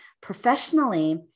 professionally